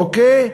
אוקיי?